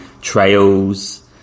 trails